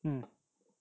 mm